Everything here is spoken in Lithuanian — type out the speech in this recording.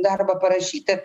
darbą parašyti